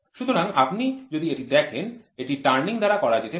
সুতরাং আপনি যদি এটি দেখেন এটি টার্নিং দ্বারা করা যেতে পারে